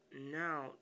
now